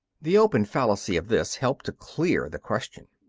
the open fallacy of this helped to clear the question.